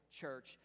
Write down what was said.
church